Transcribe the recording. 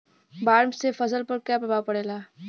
बाढ़ से फसल पर क्या प्रभाव पड़ेला?